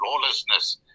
lawlessness